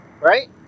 right